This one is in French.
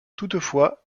toutefois